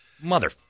Mother